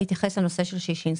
להתייחס לששינסקי.